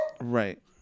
Right